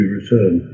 return